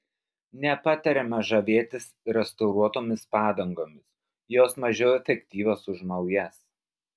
nepatariama žavėtis restauruotomis padangomis jos mažiau efektyvios už naujas